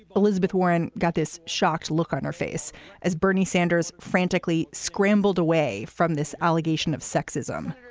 elizabeth warren got this shocked look on her face as bernie sanders frantically scrambled away from this allegation of sexism